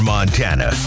Montana